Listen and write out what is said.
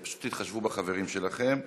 פשוט תתחשבו בחברים שלכם.